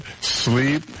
sleep